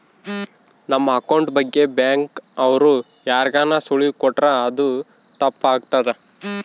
ನಮ್ ಅಕೌಂಟ್ ಬಗ್ಗೆ ಬ್ಯಾಂಕ್ ಅವ್ರು ಯಾರ್ಗಾನ ಸುಳಿವು ಕೊಟ್ರ ಅದು ತಪ್ ಆಗ್ತದ